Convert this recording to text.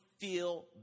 feel